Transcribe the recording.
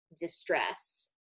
distress